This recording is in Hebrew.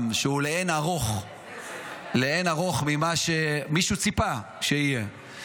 שהוא לאין ערוך ממה שמישהו ציפה שיהיה,